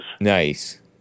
Nice